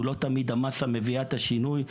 כי לא תמיד המסה מביאה את השינוי.